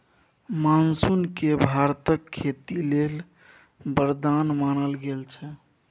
monsoon केँ भारतक खेती लेल बरदान मानल गेल छै